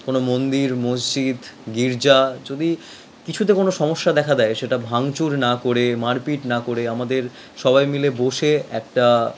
কোনও মন্দির মসজিদ গির্জা যদি কিছুতে কোনও সমস্যা দেখা দেয় সেটা ভাংচুর না করে মারপিট না করে আমাদের সবাই মিলে বসে একটা